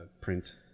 print